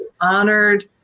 honored